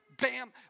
bam